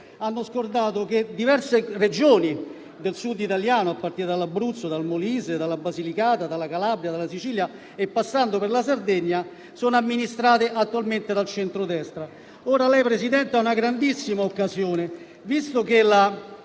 hanno scordato che diverse Regioni del Sud italiano, a partire dall'Abruzzo, dal Molise, dalla Basilicata, dalla Calabria, dalla Sicilia e passando per la Sardegna, sono amministrate attualmente dal Centrodestra. Presidente, lei ha una grandissima occasione. Visto che